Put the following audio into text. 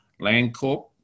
Landcorp